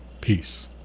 Peace